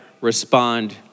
Respond